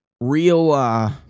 real